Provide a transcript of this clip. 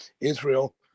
Israel